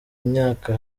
imyaka